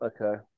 okay